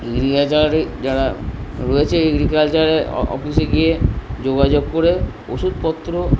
যারা রয়েছে এগ্রিকালচারে অফিসে গিয়ে যোগাযোগ করে ওষুধপত্র